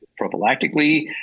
prophylactically